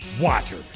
water